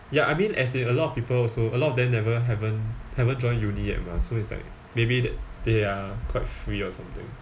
ya I mean as in a lot of people also a lot of them never haven't haven't join uni yet mah so it's like maybe that they are quite free or something